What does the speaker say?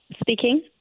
Speaking